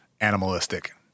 animalistic